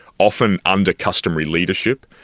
often under customary leadership.